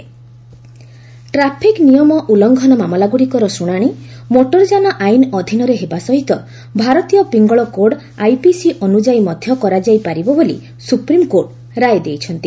SC IPC traffic ନିୟମ ଉଲ୍ଲ୍ଘନ ମାମଲାଗୁଡ଼ିକର ଶୁଣାଶି ମୋଟର ଯାନ ଆଇନ ଅଧୀନରେ ହେବା ସହିତ ଭାରତୀୟ ପିଙ୍ଗଳ କୋଡ଼୍ ଆଇପିସି ଅନୁଯାୟୀ ମଧ୍ୟ କରାଯାଇପାରିବ ବୋଲି ସୁପ୍ରିମ୍କୋର୍ଟ ରାୟ ଦେଇଛନ୍ତି